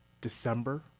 December